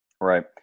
right